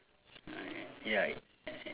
ya